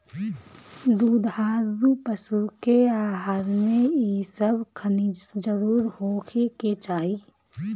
दुधारू पशु के आहार में इ सब खनिज जरुर होखे के चाही